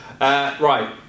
Right